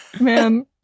man